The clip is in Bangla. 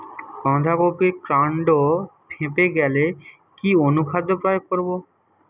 বাঁধা কপির কান্ড ফেঁপে গেলে কি অনুখাদ্য প্রয়োগ করব?